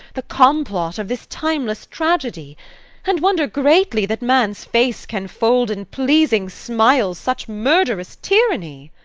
the complot of this timeless tragedy and wonder greatly that man's face can fold in pleasing smiles such murderous tyranny.